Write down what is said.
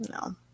No